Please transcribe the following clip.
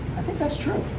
i think that's true.